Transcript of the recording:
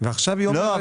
ועכשיו היא אומרת --- לא,